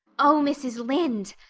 oh, mrs. lynde!